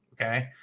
okay